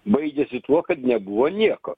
baigėsi tuo kad nebuvo nieko